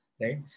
right